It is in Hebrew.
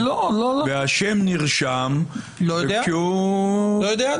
והאשם נרשם כי הוא --- אני לא יודע.